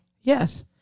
Yes